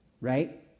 Right